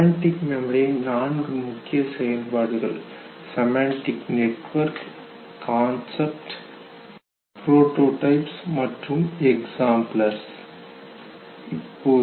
semantic மெமரியின் நான்கு முக்கிய செயல்பாடுகள் செமண்டிக் நெட்வொர்க் கான்செப்ட் கருத்துகள் புரோடோடைப்ஸ் முன்மாதிரிகள் மற்றும் எக்ஸாம்பிளர்ஸ் உதாரணங்கள்